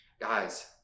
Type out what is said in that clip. Guys